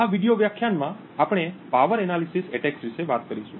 આ વિડિઓ વ્યાખ્યાનમાં આપણે પાવર એનાલિસિસ એટેક્સ વિશે વાત કરીશું